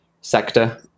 Sector